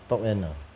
top end ah